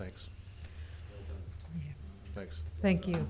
thanks thanks thank you